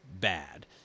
bad